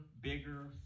bigger